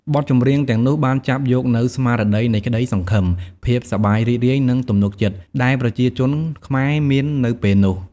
បទចម្រៀងទាំងនោះបានចាប់យកនូវ ស្មារតីនៃក្តីសង្ឃឹម ភាពសប្បាយរីករាយ និងទំនុកចិត្ត ដែលប្រជាជនខ្មែរមាននៅពេលនោះ។